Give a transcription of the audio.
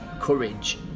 courage